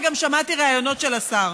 וגם שמעתי ראיונות של השר.